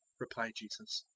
replied jesus.